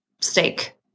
steak